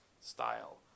style